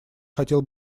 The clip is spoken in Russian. хотел